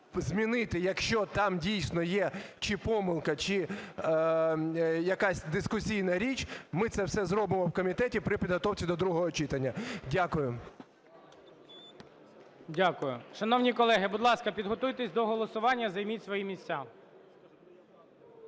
змінити, якщо там, дійсно, є чи помилка, чи якась дискусійна річ, ми це все зробимо в комітеті при підготовці до другого читання. Дякую. ГОЛОВУЮЧИЙ. Дякую. Шановні колеги, будь ласка, підготуйтеся до голосування, займіть свої місця.